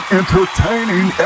entertaining